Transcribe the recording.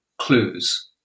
clues